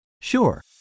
Sure